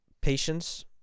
patience